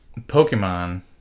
Pokemon